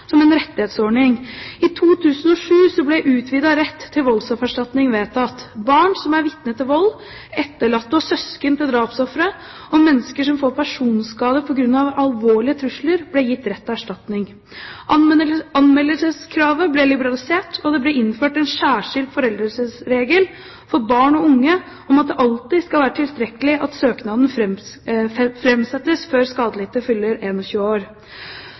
som en rettighetsordning. I 2007 ble utvidet rett til voldsoffererstatning vedtatt. Barn som er vitne til vold, etterlatte og søsken til drapsofre og mennesker som får personskade på grunn av alvorlige trusler, ble gitt rett til erstatning. Anmeldelseskravet ble liberalisert, og det ble innført en særskilt foreldelsesregel for barn og unge om at det alltid skal være tilstrekkelig at søknaden framsettes før skadelidte fyller